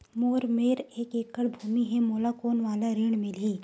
मोर मेर एक एकड़ भुमि हे मोला कोन वाला ऋण मिलही?